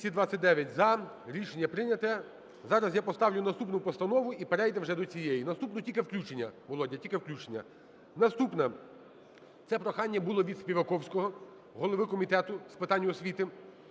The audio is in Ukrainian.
За-229 Рішення прийнято. Зараз я поставлю наступну постанову і перейдемо до цієї. Наступну – тільки включення, Володя, тільки включення. Наступна. Це прохання було від Співаковського, голови Комітету з питань освіти,